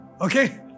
Okay